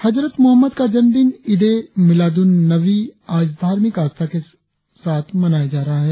हजरत Muhammad का जन्मदिन ईदे मिलादुन्नबी आज धार्मिक आस्था से मनाया जा रहा है